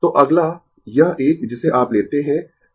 Refer Slide Time 1233 तो अगला यह एक जिसे आप लेते है